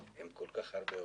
עם כל כך הרבה אורחים.